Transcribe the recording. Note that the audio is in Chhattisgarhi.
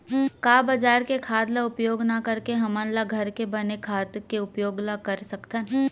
का बजार के खाद ला उपयोग न करके हमन ल घर के बने खाद के उपयोग ल कर सकथन?